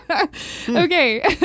Okay